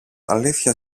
αλήθεια